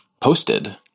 posted